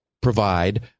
provide